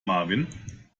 marvin